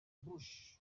bush